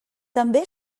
també